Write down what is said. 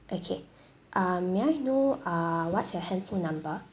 okay uh may I know uh what's your handphone number